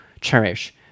cherish